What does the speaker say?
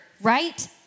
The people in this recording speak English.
right